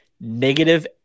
negative